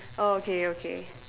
orh okay okay